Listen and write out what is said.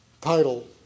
title